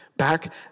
back